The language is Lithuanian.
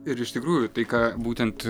ir iš tikrųjų tai ką būtent